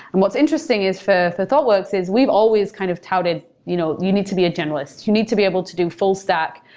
and what's interesting is for for thoughtworks is we've always kind of touted, you know you need to be a generalist. you need to be able to do full-stack.